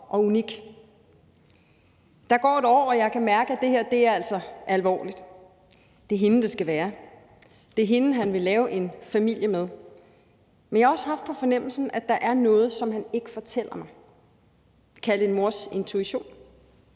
Der går et år, og jeg kan mærke, at det her altså er alvorligt, og det er hende, det skal være, det er hende, han vil lave en familie med. Men jeg har også haft på fornemmelsen, at der er noget, som han ikke fortæller mig. Kald det en mors intuition.